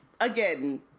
again